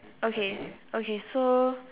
okay okay so